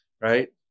Right